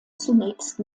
zunächst